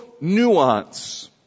nuance